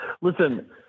Listen